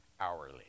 hourly